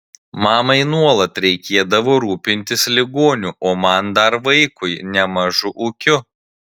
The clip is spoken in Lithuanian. mamai nuolat reikėdavo rūpintis ligoniu o man dar vaikui nemažu ūkiu